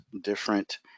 different